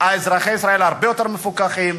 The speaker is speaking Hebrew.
אזרחי ישראל הרבה יותר מפוכחים,